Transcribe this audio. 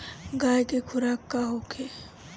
गाय के खुराक का होखे?